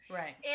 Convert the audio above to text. right